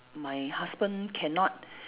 my husband cannot